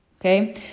okay